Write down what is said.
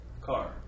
car